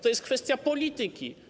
To jest kwestia polityki.